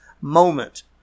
moment